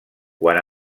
quan